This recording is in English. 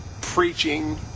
preaching